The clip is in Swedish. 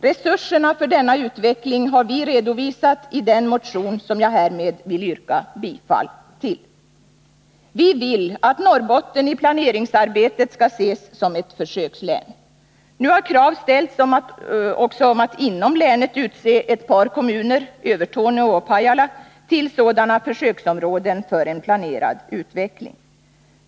Resurserna för denna utveckling har vi redovisat i den motion som jag härmed vill yrka bifall till. Vi vill att Norrbotten i planeringsarbetet skall ses som ett försökslän. Nu har krav ställts också på att inom länet skall utses två kommuner, Övertorneå och Pajala, till försöksområden för en planerad utveckling.